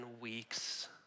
weeks